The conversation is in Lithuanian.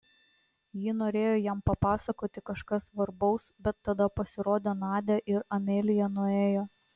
ji norėjo jam papasakoti kažką svarbaus bet tada pasirodė nadia ir amelija nuėjo